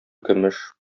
көмеш